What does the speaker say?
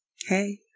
hey